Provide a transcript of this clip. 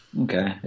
Okay